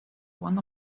one